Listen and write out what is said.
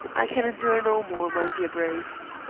i can endure no more, my dear bruce.